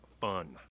fun